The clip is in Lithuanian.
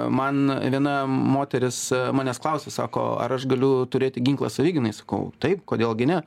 man viena moteris manęs klausė sako ar aš galiu turėti ginklą savigynai sakau taip kodėl gi ne